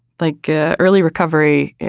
like ah early recovery